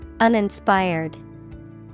Uninspired